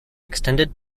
extended